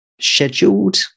scheduled